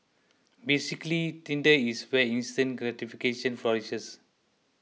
basically Tinder is where instant gratification flourishes